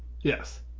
Yes